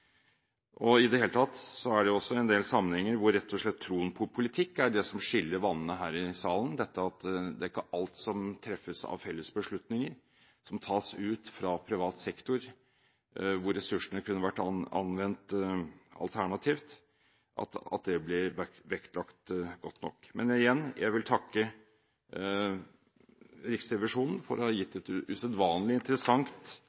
i det hele tatt endel sammenhenger hvor det rett og slett er troen på politikk som skiller vannene her i salen; dette at det ikke er alt som treffes av felles beslutninger, som tas ut fra privat sektor hvor ressursene kunne vært anvendt alternativt, som blir vektlagt godt nok. Men igjen vil jeg takke Riksrevisjonen for å ha gitt